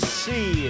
see